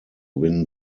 win